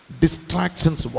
distractions